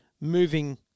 moving